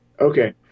Okay